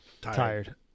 Tired